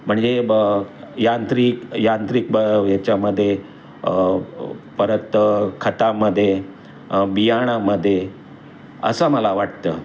म्हणजे ब यांत्रिक यांत्रिक ब ह्याच्यामध्ये परत खतामध्ये बियाणामध्ये असं मला वाटतं